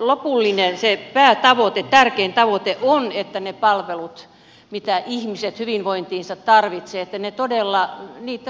lopullinen päätavoite tärkein tavoite on että ne palvelut mitä ihmiset hyvinvointiinsa tarvitsevat että niitä todella